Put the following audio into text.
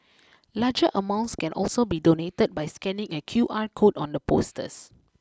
larger amounts can also be donated by scanning a Q R code on the posters